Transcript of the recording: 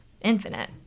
infinite